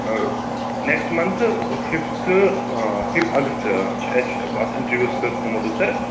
next مَنٛتھٕ فِفتھٕ fifth August آ چھُ اَسہِ اَتھ اِنٹَروِیوٗ حظ تھوٚومُت سَر